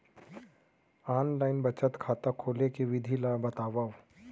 Online बचत खाता खोले के विधि ला बतावव?